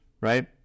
right